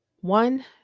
One